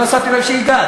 הצעת החוק לתקציב דו-שנתי.